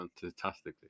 fantastically